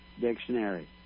Dictionary